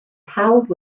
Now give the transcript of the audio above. pawb